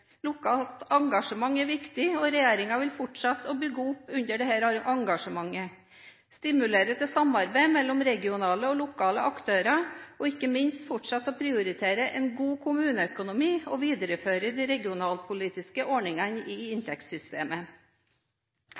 Lokalt engasjementet er viktig, og regjeringen vil fortsette å bygge opp under dette engasjementet, stimulere til samarbeid mellom regionale og lokale aktører, og ikke minst fortsette å prioritere en god kommuneøkonomi og videreføre de regionalpolitiske ordningene i inntektssystemet.